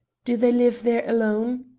do they live there alone?